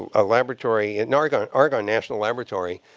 a ah laboratory and argon argon national laboratory.